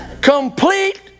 complete